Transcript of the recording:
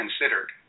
considered